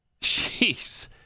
Jeez